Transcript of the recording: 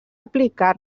aplicar